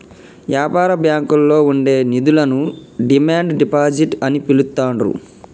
యాపార బ్యాంకుల్లో ఉండే నిధులను డిమాండ్ డిపాజిట్ అని పిలుత్తాండ్రు